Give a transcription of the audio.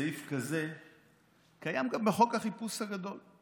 סעיף כזה קיים גם בחוק החיפוש הגדול.